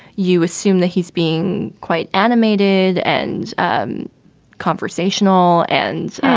you assume that he's being quite animated and um conversational and,